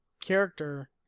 character